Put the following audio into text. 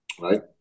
right